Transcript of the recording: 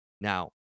Now